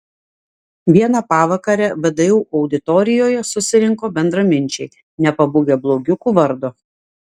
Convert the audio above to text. vieną pavakarę vdu auditorijoje susirinko bendraminčiai nepabūgę blogiukų vardo